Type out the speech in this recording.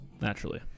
Naturally